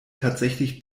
tatsächlich